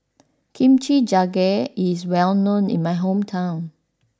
Kimchi jjigae is well known in my hometown